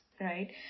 right